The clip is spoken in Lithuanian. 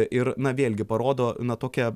ir na vėlgi parodo na tokią